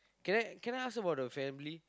can I can I ask about the family